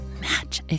match